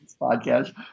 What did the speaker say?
podcast